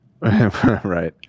Right